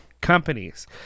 companies